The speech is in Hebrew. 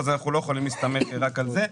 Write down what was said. אז אנחנו לא יכולים להסתמך רק על זה.